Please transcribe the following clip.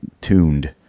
tuned